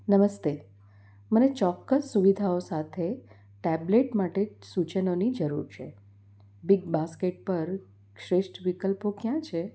નમસ્તે મને ચોક્કસ સુવિધાઓ સાથે ટેબ્લેટ માટે સૂચનોની જરૂર છે બિગ બાસ્કેટ પર શ્રેષ્ઠ વિકલ્પો કયા છે